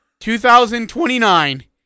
2029